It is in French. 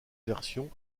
version